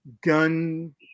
gun